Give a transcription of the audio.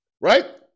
Right